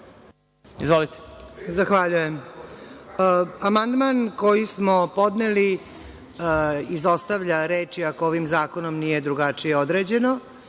Čomić** Zahvaljujem. Amandman koji smo podneli izostavlja reči – ako ovim zakonom nije drugačije određeno,